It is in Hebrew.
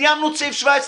סיימנו את סעיף 17,